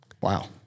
Wow